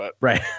Right